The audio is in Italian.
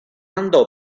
andò